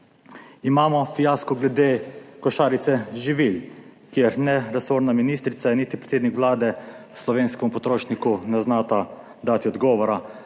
Imamo fiasko glede košarice živil, kjer ne resorna ministrica in niti predsednik Vlade slovenskemu potrošniku ne znata dati odgovora